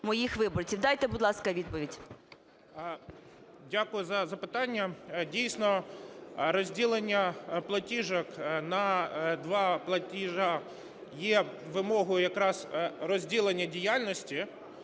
Дякую за запитання. Дійсно, розділення платіжок на два платежі є вимогою якраз розділення діяльності.